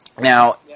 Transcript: Now